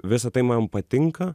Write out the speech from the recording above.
visa tai man patinka